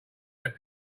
let